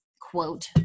quote